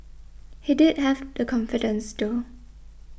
he did have the confidence though